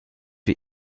wie